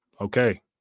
Okay